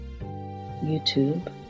YouTube